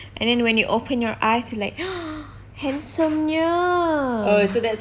and then when you open your eyes you're like handsome nya